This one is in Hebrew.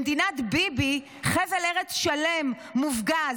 במדינת ביבי חבל ארץ שלם מופגז,